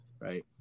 right